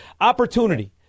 opportunity